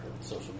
social